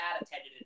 attended